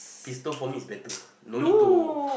pistol for me is better no need to